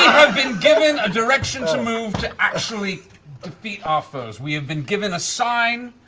have been given a direction move to actually defeat our foes. we have been given a sign,